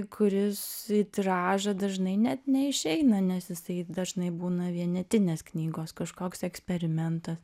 kuris į tiražą dažnai net neišeina nes jisai dažnai būna vienetinės knygos kažkoks eksperimentas